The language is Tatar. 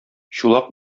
чулак